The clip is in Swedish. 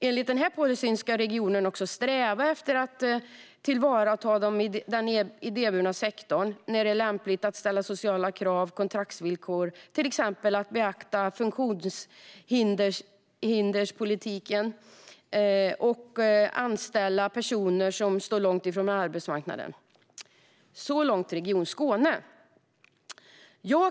Enligt policyn ska regionen också sträva efter att tillvarata den idéburna sektorn när det är lämpligt att ställa sociala krav, kontraktsvillkor och till exempel beakta funktionshinderspolitiken och anställa personer som står långt ifrån arbetsmarknaden. Så långt Region Skåne.